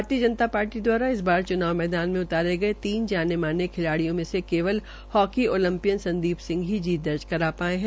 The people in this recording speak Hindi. भारतीय जनता पार्टी द्वारा इस बार च्नाव मैदान में उतारे गये तीन जाने माने खिलाडिय़ों में से केवल हाकी ओलपियन संदीप सिंह ही जीत दर्ज कर पाये है